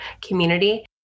community